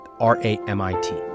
R-A-M-I-T